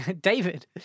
David